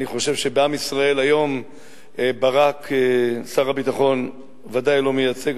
אני חושב שבעם ישראל היום ברק שר הביטחון ודאי לא מייצג,